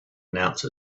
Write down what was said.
announce